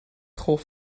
hoff